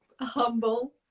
humble